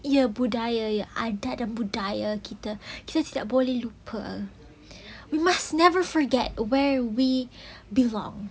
iya budaya yang adab dan budaya kita kita tidak boleh lupa we must never forget where we belong